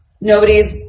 Nobody's